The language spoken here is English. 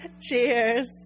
Cheers